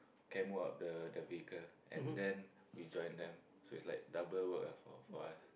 camo up the vehicle and then we join them so it's like double work ah for for us